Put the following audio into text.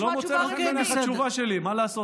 אז לא מוצאת חן בעינייך התשובה שלי, מה לעשות?